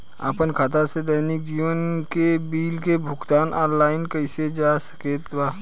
आपन खाता से दैनिक जीवन के बिल के भुगतान आनलाइन कइल जा सकेला का?